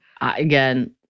Again